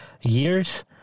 years